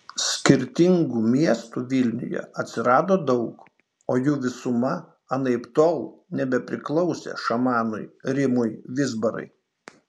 skirtingų miestų vilniuje atsirado daug o jų visuma anaiptol nebepriklausė šamanui rimui vizbarai